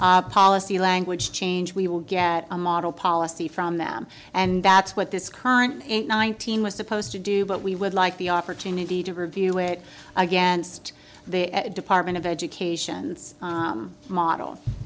policy language change we will get a model policy from them and that's what this current nineteen was supposed to do but we would like the opportunity to review it against the department of education's model